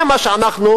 לזה אנחנו שואפים.